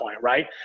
right